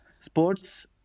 Sports